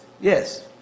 Yes